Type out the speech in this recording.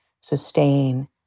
sustain